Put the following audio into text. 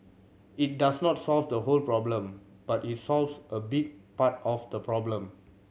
it does not solve the whole problem but it solves a big part of the problem